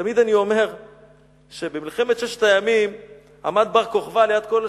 תמיד אני אומר שבמלחמת ששת הימים עמד בר-כוכבא ליד הקודש,